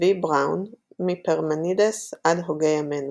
צבי בראון, מפרמנידס עד הוגי ימינו